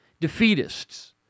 defeatists